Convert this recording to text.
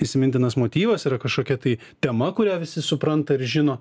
įsimintinas motyvas yra kažkokia tai tema kurią visi supranta ir žino